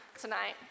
tonight